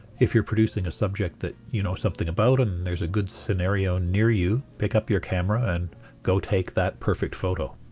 if you're producing a subject that you know something about and there's a good scenario near you pick up your camera and go take that perfect photo.